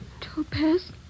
Topaz